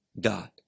God